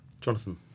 Jonathan